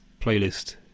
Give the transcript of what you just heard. playlist